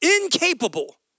incapable